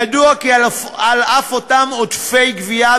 ידוע כי על אף אותם עודפי גבייה,